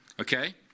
okay